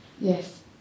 Yes